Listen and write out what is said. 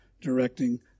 directing